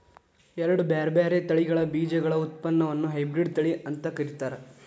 ಎರಡ್ ಬ್ಯಾರ್ಬ್ಯಾರೇ ತಳಿಗಳ ಬೇಜಗಳ ಉತ್ಪನ್ನವನ್ನ ಹೈಬ್ರಿಡ್ ತಳಿ ಅಂತ ಕರೇತಾರ